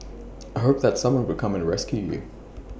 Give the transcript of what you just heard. hope that someone would come and rescue you